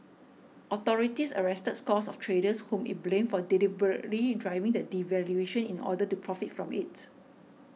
authorities arrested scores of traders whom it blamed for deliberately driving the devaluation in order to profit from it